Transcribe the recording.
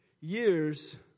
years